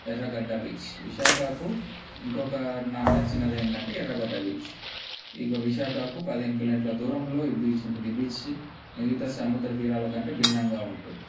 ఎర్రగడ్డ బీచ్ విశాఖకు ఇంకొక నాకు నచ్చిందేంటంటే ఎర్రగడ్డ బీచ్ ఇక విశాఖకు పదిహేను కిలోమీటర్ల దూరంలో ఈ బీచ్ ఉంటుంది ఈ బీచ్ మిగతా సముద్ర తీరాల కంటే భిన్నంగా ఉంటుంది